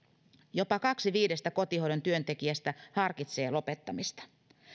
jopa kaksi viidestä kotihoidon työntekijästä harkitsee lopettamista